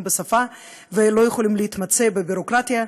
בשפה ולא יכולים להתמצא בביורוקרטיה.